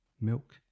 milk